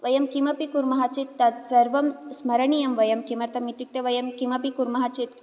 वयं किमपि कुर्मः चेत् तत् सर्वं स्मरणीयम् वयं किमर्थम् इत्युक्ते वयं किमपि कुर्मः चेत्